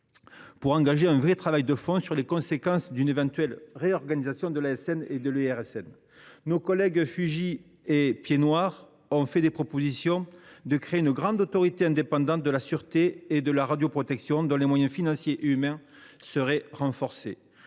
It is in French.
réalise un vrai travail de fond sur les conséquences d’une éventuelle réorganisation de l’ASN et de l’IRSN. Nos collègues Fugit et Piednoir ont formulé des propositions visant à créer une grande autorité indépendante de la sûreté et de la radioprotection, dont les moyens financiers et humains seraient renforcés.